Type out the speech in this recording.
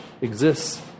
exists